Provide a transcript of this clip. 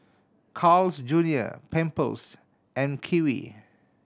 Carl's Junior Pampers and Kiwi